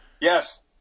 Yes